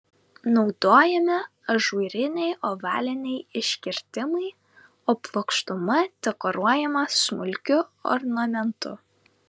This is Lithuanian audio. naudojami ažūriniai ovaliniai iškirtimai o plokštuma dekoruojama smulkiu ornamentu